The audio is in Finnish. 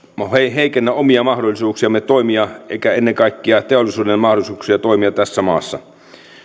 heikennä omia mahdollisuuksiamme toimia emmekä ennen kaikkea teollisuuden mahdollisuuksia toimia tässä maassa